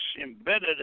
embedded